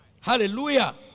Hallelujah